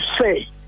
say